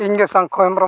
ᱤᱧᱜᱮ ᱥᱟᱝᱠᱷᱚ ᱦᱮᱢᱵᱨᱚᱢ